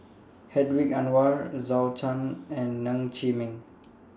Hedwig Anuar Zhou Can and Ng Chee Meng